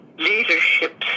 leadership